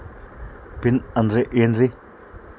Pin ಅಂದ್ರೆ ಏನ್ರಿ?